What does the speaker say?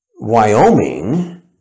Wyoming